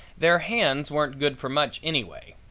their hands weren't good for much anyway.